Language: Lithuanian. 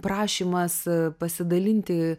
prašymas pasidalinti